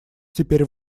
теперь